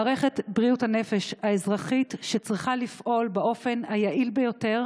מערכת בריאות הנפש האזרחית צריכה לפעול באופן היעיל ביותר